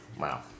Wow